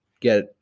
get